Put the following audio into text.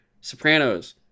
sopranos